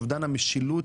אובדן המשילות,